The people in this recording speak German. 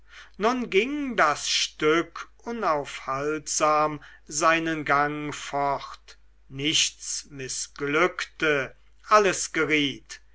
nun ging das stück unaufhaltsam seinen gang fort nichts mißglückte alles geriet